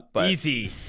Easy